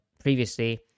previously